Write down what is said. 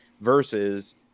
versus